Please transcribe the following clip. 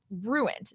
Ruined